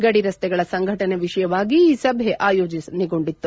ಗಡಿ ರಸ್ತೆಗಳ ಸಂಘಟನೆ ವಿಷಯವಾಗಿ ಈ ಸಭೆ ಆಯೋಜನೆಗೊಂಡಿತ್ತು